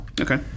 okay